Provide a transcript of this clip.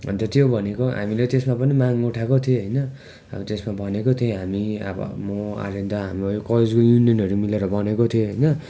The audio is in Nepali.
अन्त त्यो भनेको हामीले त्यसमा पनि माग उठाएको थिएँ होइन अब त्यसमा भनेको थिएँ हामी अब म आर्यन दा हाम्रो कैजु युनियनहरू मिलेर भनेको थिएँ होइन